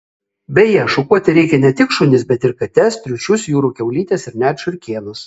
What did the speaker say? beje šukuoti reikia ne tik šunis bet ir kates triušius jūrų kiaulytes ir net žiurkėnus